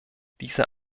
dieser